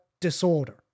disorder